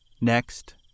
Next